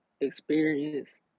experience